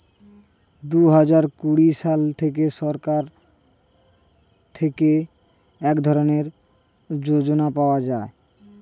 দুহাজার কুড়ি সাল থেকে সরকার থেকে এক ধরনের যোজনা পাওয়া যায়